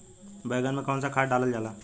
बैंगन में कवन सा खाद डालल जाला?